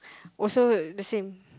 also the same